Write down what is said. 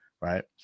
right